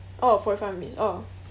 oh forty five minutes oh